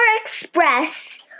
Express